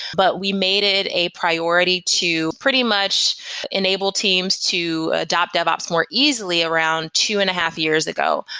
but we made it a priority to pretty much enable teams to adopt devops more easily around two and a half years ago.